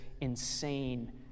insane